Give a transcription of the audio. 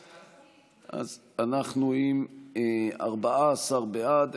אז אנחנו עם 14 בעד,